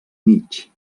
mig